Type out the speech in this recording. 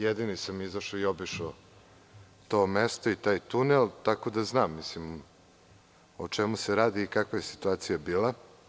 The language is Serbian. Jedini sam izašao i obišao to mesto i taj tunel, tako da znam o čemu se radi i kakva je situacija bila.